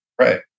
Right